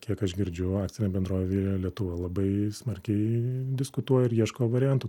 kiek aš girdžiu akcinė bendrovė via lietuva labai smarkiai diskutuoja ir ieško variantų